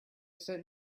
said